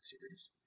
series